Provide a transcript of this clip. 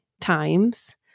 times